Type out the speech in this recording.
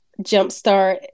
jumpstart